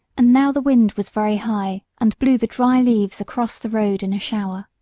and now the wind was very high and blew the dry leaves across the road in a shower.